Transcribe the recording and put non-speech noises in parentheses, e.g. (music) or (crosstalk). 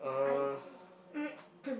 my I_G (coughs)